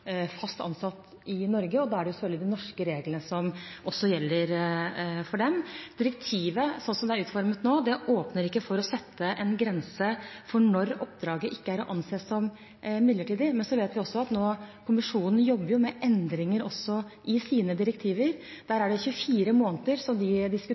også for dem. Direktivet, slik det er utformet nå, åpner ikke for å sette en grense for når oppdraget ikke er å anse som midlertidig. Men så vet vi at kommisjonen nå jobber med endringer i sine direktiver. Der diskuterer de